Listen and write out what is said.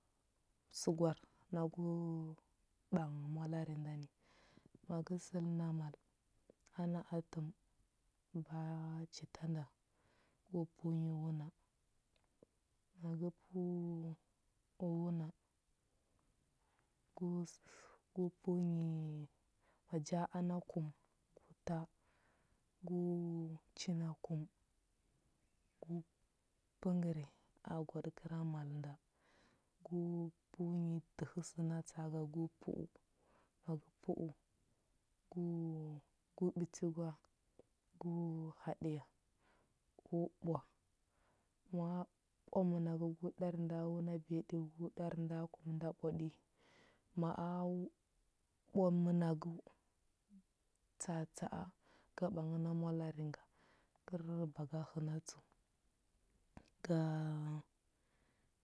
Səgwar nda gu ɓang mwalari nda ni. Ma gə səlna mal ana atəm, ba chita nda gu pəu nyi wuna, ma gə pəu wuna gu pəu nyi maja ana kum ta gu china kum gu pəngəri agwa ɗə kəra mal nda, gu pəu nyi dəhə səna tsa aga gu pəu, ma gə pəu gu gəu ɓiti gwa gu haɗiya, u ɓwa. Ma ɓwa mənagə gə ɗar nda wuna biyaɗi gə ɗar nda kum nda ɓwaɗi, ma a ɓwa mənagəu, tsa atsa a ka ɓang na mwalari nda, kər ba ga həna tsəu. Ga